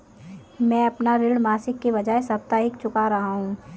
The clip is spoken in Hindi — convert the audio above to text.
मैं अपना ऋण मासिक के बजाय साप्ताहिक चुका रहा हूँ